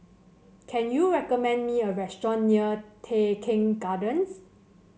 can you recommend me a restaurant near Tai Keng Gardens